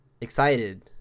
excited